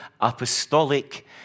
apostolic